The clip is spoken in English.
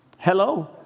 Hello